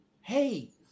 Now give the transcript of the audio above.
Hey